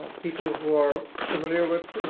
people who are familiar with,